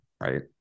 Right